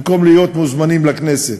במקום להיות מוזמנים לכנסת.